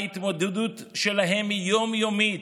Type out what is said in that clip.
ההתמודדות שלהם היא יום-יומית.